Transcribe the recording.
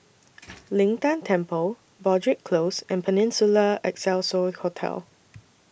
Lin Tan Temple Broadrick Close and Peninsula Excelsior Hotel